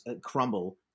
crumble